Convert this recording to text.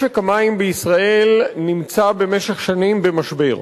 משק המים בישראל נמצא במשך שנים במשבר,